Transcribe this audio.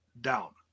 down